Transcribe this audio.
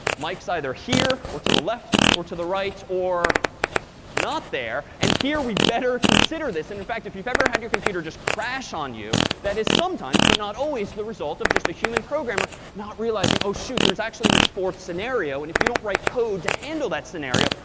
mike's either here or to the left or to the right or not there. and here we better consider this. and in fact, if you've ever had your computer just crash on you, that is sometimes, but not always, the result of just a human programmer not realizing, oh shoot, there's actually this fourth scenario. and if you don't write code to handle that scenario,